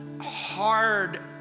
hard